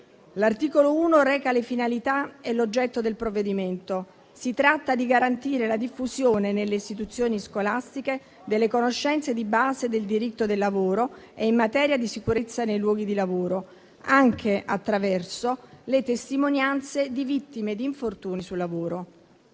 L'articolo 1 reca le finalità e l'oggetto del provvedimento. Si tratta di garantire la diffusione nelle istituzioni scolastiche delle conoscenze di base del diritto del lavoro e in materia di sicurezza nei luoghi di lavoro, anche attraverso le testimonianze di vittime di infortuni sul lavoro,